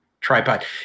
tripod